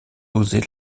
oser